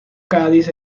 cádiz